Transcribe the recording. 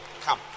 Come